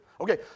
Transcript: Okay